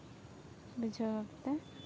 ᱵᱩᱡᱷᱟᱹᱣ ᱚᱠᱛᱮ